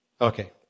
Okay